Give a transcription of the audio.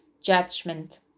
Judgment